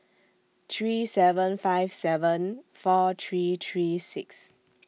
three seven five seven four three three six